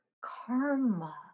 karma